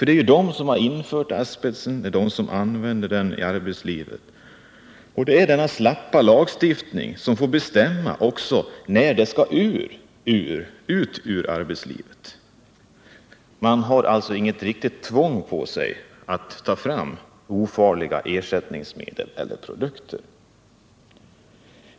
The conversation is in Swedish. Det är ju de som infört asbesten, och det är de som använder den i arbetslivet. Det är denna slappa lagstiftning som får bestämma när asbesten skall ut ur arbetslivet. Företagen har inget riktigt tvång på sig att ta fram ofarliga ersättningsprodukter.